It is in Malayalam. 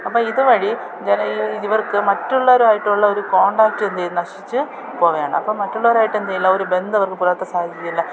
അപ്പം ഇത് വഴി ജനം ഇവർക്ക് മറ്റുള്ളവരുയിട്ടുള്ള ഒരു കോൺടാക്റ്റ് എന്ത് ചെയ്യും നശിച്ചു പോവുകയാണ് അപ്പം മറ്റുള്ളവരുമായിട്ട് എന്ത് ഇല്ല ഒരു ബന്ധം അവർക്ക് പുലർത്താൻ അവർക്ക് സാധിക്കുന്നില്ല